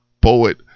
poet